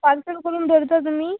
parcel करून धरता तुमी